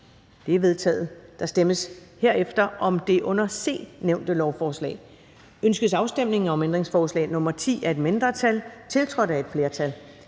De er vedtaget. Der stemmes derefter om det under B nævnte lovforslag: Ønskes afstemning om ændringsforslag nr. 7-9 af et mindretal (V og SF), tiltrådt af et flertal